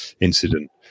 incident